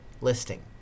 listing